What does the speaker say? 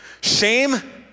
shame